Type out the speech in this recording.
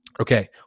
Okay